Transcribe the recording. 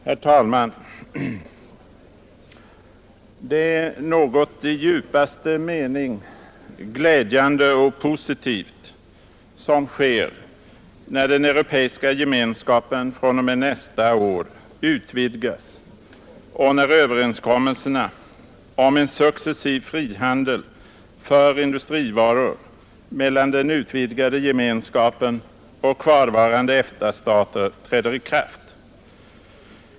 Herr talman! Det är något i djupaste mening glädjande och positivt som sker när den europeiska gemenskapen från och med nästa år utvidgas och när överenskommelserna om en successivt genomförd frihandel för industrivaror mellan den utvidgade gemenskapen och kvarvarande EFTA-stater träder i kraft.